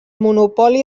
monopoli